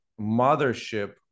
mothership